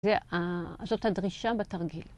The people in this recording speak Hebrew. זאת הדרישה בתרגיל.